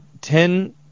Ten